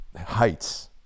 heights